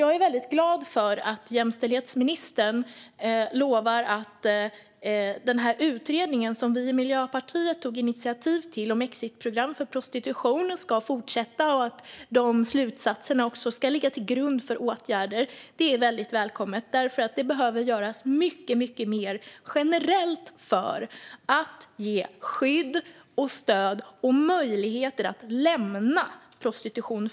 Jag är dock väldigt glad över att jämställdhetsministern lovar att den utredning om exitprogram från prostitution som vi i Miljöpartiet tog initiativ till ska fortsätta och att de slutsatserna ska ligga till grund för åtgärder. Det är välkommet eftersom det behöver göras mycket mer generellt för att ge de människor som utnyttjas skydd, stöd och möjligheter att lämna prostitution.